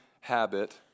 habit